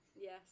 Yes